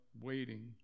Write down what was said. waiting